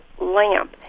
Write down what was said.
lamp